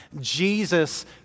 Jesus